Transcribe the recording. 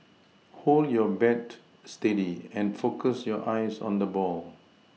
hold your bat steady and focus your eyes on the ball